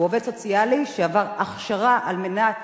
הוא עובד סוציאלי שעבר הכשרה על מנת